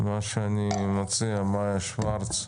מאיה שוורץ,